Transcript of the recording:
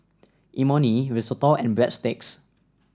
Imoni Risotto and Breadsticks